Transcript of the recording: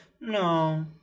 no